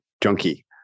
junkie